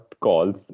calls